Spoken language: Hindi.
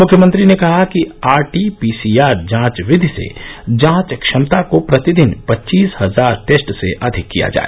मुख्यमंत्री ने कहा कि आर टीपीसीआर जांच विधि से जांच क्षमता को प्रतिदिन पच्चीस हजार टेस्ट से अधिक किया जाए